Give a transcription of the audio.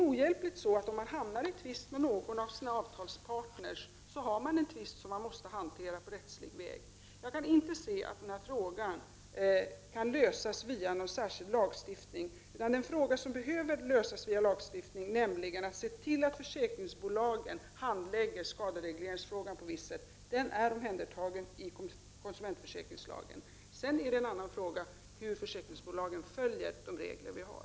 Om man hamnar i tvist med någon av sina avtalspartner har man ohjälpligt en tvist som man måste hantera på rättslig väg. Jag kan inte se att den kan lösas via någon särskild lagstiftning. Det som behöver lösas via lagstiftningen — nämligen att försäkringsbolagen handlägger skaderegleringen på visst sätt — är reglerat i konsumentförsäkringslagen. Sedan är det en annan sak hur försäkringsbolagen följer de regler vi har.